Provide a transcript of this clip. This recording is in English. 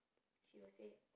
she will say